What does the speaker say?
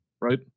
right